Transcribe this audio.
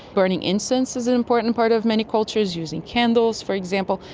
burning incense is an important part of many cultures, using candles for example,